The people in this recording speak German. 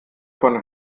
von